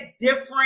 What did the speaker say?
different